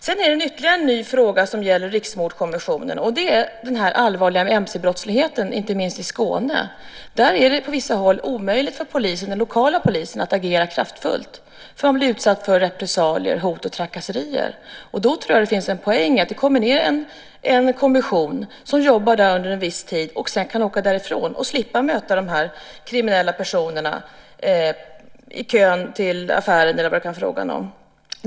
Det finns ytterligare en ny fråga som gäller Riksmordkommissionen, nämligen den allvarliga mc-brottsligheten, inte minst i Skåne. Där är det på vissa håll omöjligt för den lokala polisen att agera kraftfullt eftersom poliserna blir utsatta för repressalier, hot och trakasserier. Då tror jag att det finns en poäng med att det kommer ned en kommission som jobbar där under en viss tid och som sedan kan åka därifrån och slippa möta de kriminella personerna i kön till affären eller vad det nu kan vara fråga om.